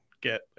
get